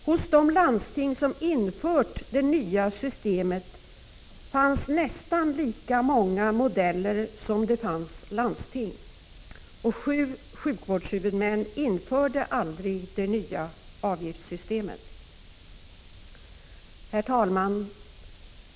Hos de landsting som infört systemet fanns nästan lika många modeller som det fanns landsting — sju sjukvårdshuvudmän införde aldrig avgiftssystemet. Herr talman!